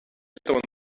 этого